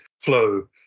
flow